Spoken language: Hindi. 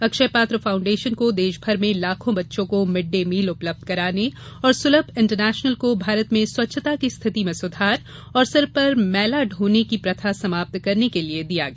अक्षयपात्र फाउंडेशन को देश भर में लाखों बच्चों को मिड डे मील उपलब्ध कराने और सुलभ इंटरनेशनल को भारत में स्वच्छता की स्थिति में सुधार और सिर पर मैला ढोने की प्रथा समाप्त करने के लिये दिया गया